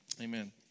amen